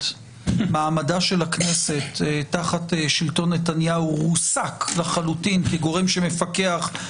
חבר הכנסת אוחנה, אם חוק כזה היה קיים